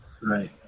Right